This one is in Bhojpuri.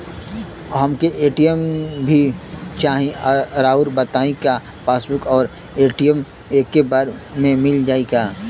हमके ए.टी.एम भी चाही राउर बताई का पासबुक और ए.टी.एम एके बार में मील जाई का?